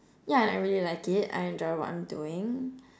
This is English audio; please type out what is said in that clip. yeah and I really like it I enjoy what I'm doing